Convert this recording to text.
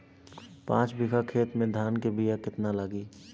पाँच बिगहा खेत में धान के बिया केतना लागी?